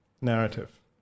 narrative